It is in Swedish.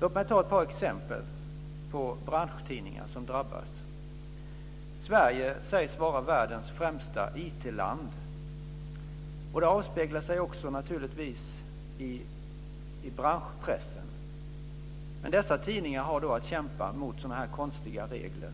Låt mig ta ett par exempel på branschtidningar som drabbas. Sverige sägs vara världens främsta IT land. Det avspeglar sig också, naturligtvis, i branschpressen. Men dessa tidningar har att kämpa mot sådana här konstiga regler.